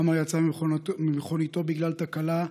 עמאר יצא ממכוניתו בגלל תקלה,